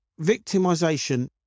victimization